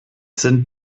sind